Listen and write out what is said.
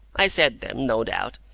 i said them, no doubt,